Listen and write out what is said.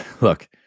look